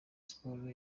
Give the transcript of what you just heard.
sports